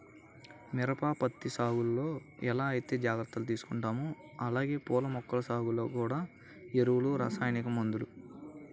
మిరప, పత్తి సాగులో ఎలా ఐతే జాగర్తలు తీసుకుంటామో అలానే పూల మొక్కల సాగులో గూడా ఎరువులు, రసాయనిక మందులు